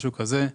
משהו כזה,